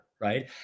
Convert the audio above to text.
right